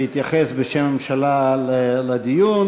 שהתייחס בשם הממשלה לדיון.